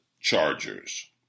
Chargers